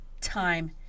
time